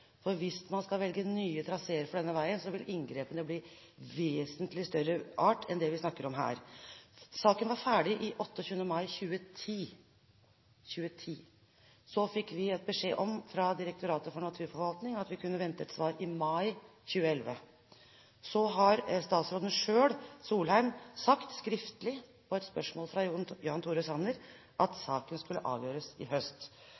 art enn det vi snakker om her. Saken var ferdig den 28. mai 2010. Så fikk vi beskjed fra Direktoratet for naturforvaltning om at vi kunne vente et svar i mai 2011. Så har statsråd Solheim svart skriftlig på et spørsmål fra Jan Tore Sanner at saken skulle avgjøres i høst.